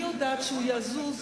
אני יודעת שהוא יזוז,